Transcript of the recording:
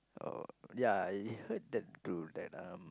oh ya I heard that too that um